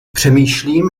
přemýšlím